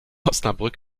osnabrück